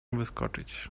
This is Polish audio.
wyskoczyć